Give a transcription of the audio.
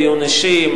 דיון אישי,